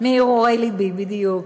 מהרהורי לבי, בדיוק.